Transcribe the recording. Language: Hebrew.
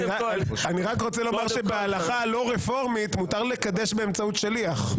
אני רק רוצה לומר שבהלכה הלא רפורמית מותר לקדש באמצעות שליח.